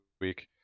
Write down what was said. week